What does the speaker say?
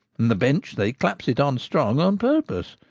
and the bench they claps it on strong on purpose.